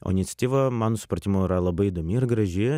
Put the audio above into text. o iniciatyva mano supratimu yra labai įdomi ir graži